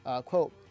quote